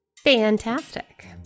Fantastic